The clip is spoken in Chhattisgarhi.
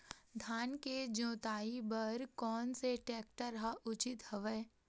धान के जोताई बर कोन से टेक्टर ह उचित हवय?